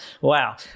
Wow